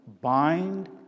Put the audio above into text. Bind